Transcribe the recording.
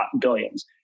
billions